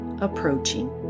approaching